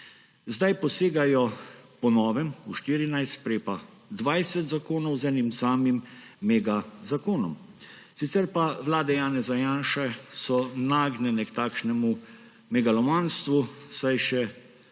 Zdaj posegajo po novem v 14, prej pa v 20 zakonov, z enim samim megazakonom. Sicer pa vlade Janeza Janše so nagnjene k takšnemu megalomanstvu – saj še